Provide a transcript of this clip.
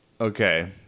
Okay